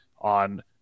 on